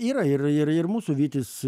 yra ir ir ir mūsų vytis